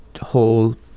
whole